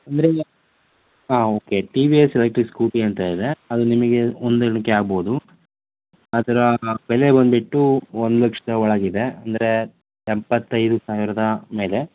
ಅಂದರೆ ಹಾಂ okay T V S electric scooty ಅಂತ ಇದೆ ಅದು ನಿಮಗೆ ಹೊಂದಾಣಿಕೆ ಆಗ್ಬೋದು ಅದರ ಬೆಲೆ ಬಂದ್ಬಿಟ್ಟು ಒಂದು ಲಕ್ಷದ ಒಳಗಿದೆ ಅಂದರೆ ಎಪ್ಪತ್ತೈದು ಸಾವಿರದ ಮೇಲೆ